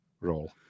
role